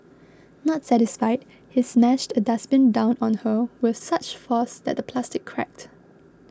not satisfied he smashed a dustbin down on her with such force that the plastic cracked